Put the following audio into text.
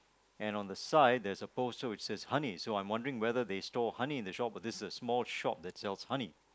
and on the side there's a boat so it says honey so I'm wondering whether they stole honey from the shop or whether this is a shop that sells honey